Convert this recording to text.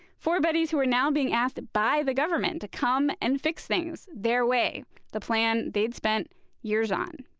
four buddies who are now being asked by the government to come and fix things their way the plan they'd spent years on.